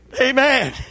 Amen